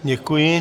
Děkuji.